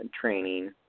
training